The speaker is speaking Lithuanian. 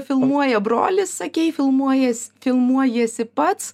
filmuoja brolis sakei filmuojies filmuojiesi pats